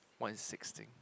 one sixty